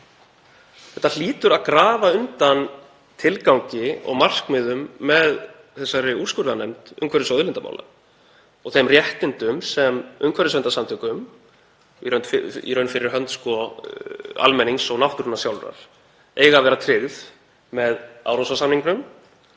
Þetta hlýtur að grafa undan tilgangi og markmiðum með úrskurðarnefnd umhverfis- og auðlindamála og þeim réttindum sem umhverfisverndarsamtökum, fyrir hönd almennings og náttúrunnar sjálfrar, eiga að vera tryggð með Árósasamningnum